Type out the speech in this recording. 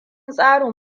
tsarin